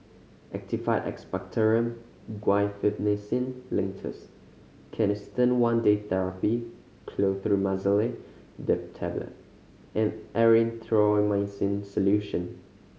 Actified Expectorant Guaiphenesin Linctus Canesten One Day Therapy Clotrimazole Tablet and Erythroymycin Solution